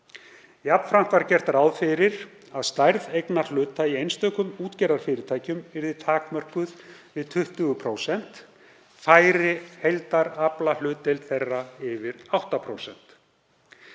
Jafnframt var gert ráð fyrir að stærð eignarhluta í einstökum útgerðarfyrirtækjum yrði takmörkuð við 20% færi heildaraflahlutdeild þeirra yfir 8%.